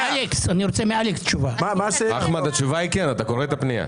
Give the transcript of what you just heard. אתה קורא את הפנייה.